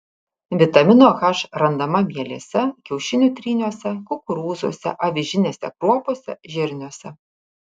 vitamino h randama mielėse kiaušinių tryniuose kukurūzuose avižinėse kruopose žirniuose